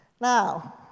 Now